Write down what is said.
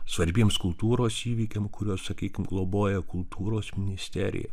svarbiems kultūros įvykiam kuriuos globoja kultūros ministerija